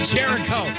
Jericho